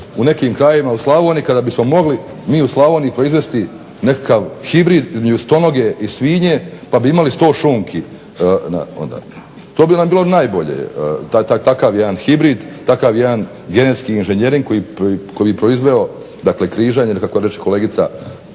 u nekim krajevima u Slavoniji kada bismo mogli mi u Slavoniji proizvesti nekakav hibrid između stonoge i svinje pa bi imali 100 šunki onda. To bi nam bilo najbolje, takav jedan hibrid, takav jedan genetski inženjering koji je proizveden dakle križanjem kako reče kolegica